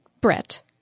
Brett